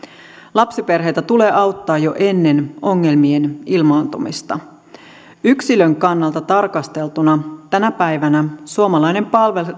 lapsiperheitä tulee auttaa jo ennen ongelmien ilmaantumista yksilön kannalta tarkasteltuna tänä päivänä suomalainen